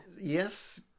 Yes